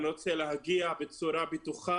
אני רוצה להגיע בצורה בטוחה,